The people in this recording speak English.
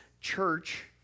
church